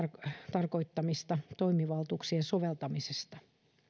tarkoittamista toimivaltuuksien soveltamisesta